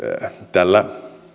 tällä